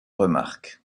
remarque